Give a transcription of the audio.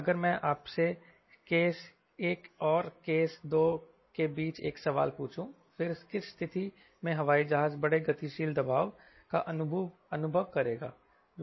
अगर मैं आपसे केस एक और केस दो के बीच एक सवाल पूछूं फिर किस स्थिति में हवाई जहाज बड़े गतिशील दबाव का अनुभव करेगा